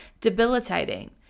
debilitating